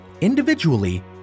individually